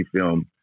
film